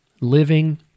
living